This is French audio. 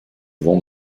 vent